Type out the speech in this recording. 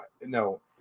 no